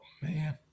man